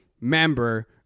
member